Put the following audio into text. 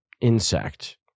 insect